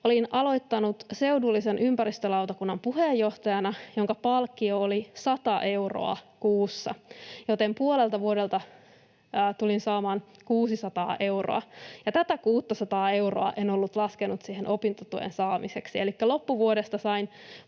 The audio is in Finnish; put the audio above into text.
Olin aloittanut seudullisen ympäristölautakunnan puheenjohtajana, jonka palkkio oli 100 euroa kuukaudessa, joten puolelta vuodelta tulin saamaan 600 euroa, ja tätä 600 euroa en ollut laskenut siihen opintotuen saamiseksi. Elikkä loppuvuodesta sain